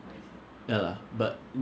and the investment per person